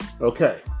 Okay